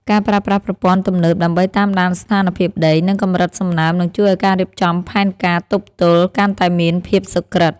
ការប្រើប្រាស់ប្រព័ន្ធទំនើបដើម្បីតាមដានស្ថានភាពដី និងកម្រិតសំណើមនឹងជួយឱ្យការរៀបចំផែនការទប់ទល់កាន់តែមានភាពសុក្រិត។